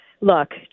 look